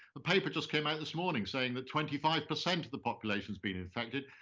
a paper just came out this morning saying that twenty five percent of the population has been infected.